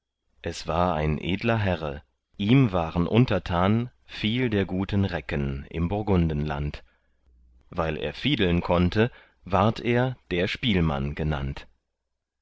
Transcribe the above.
es war ein edler herre ihm waren untertan viel der guten recken im burgundenland weil er fiedeln konnte ward er der spielmann genannt